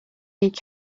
need